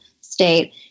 state